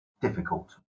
difficult